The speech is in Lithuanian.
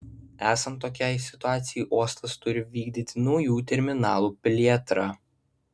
esant tokiai situacijai uostas turi vykdyti naujų terminalų plėtrą